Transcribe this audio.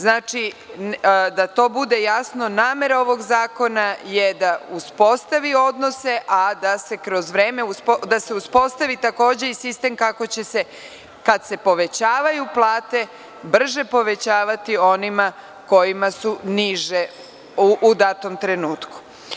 Znači, da to bude jasno, namera ovog zakona je da uspostavi odnose, a da se kroz vreme uspostavi takođe i sistem kako će se, kad se povećavaju plate, brže povećavati onima kojima su niže u datom trenutku.